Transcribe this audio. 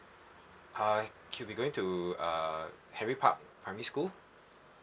uh he'll be going to uh henry park primary school